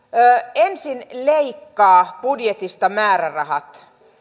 ensin leikkaa budjetista määrärahat